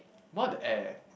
more of the air